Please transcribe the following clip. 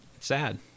sad